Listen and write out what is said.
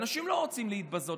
אנשים לא רוצים להתבזות,